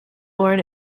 born